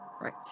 Right